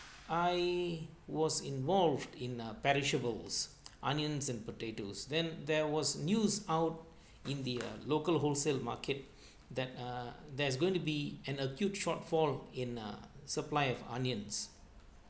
I was involved in a perishables onions and potatoes then there was news out in the local wholesale market that uh there's going to be an acute shortfall in a supply of onions